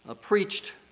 preached